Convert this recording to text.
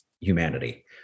humanity